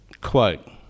quote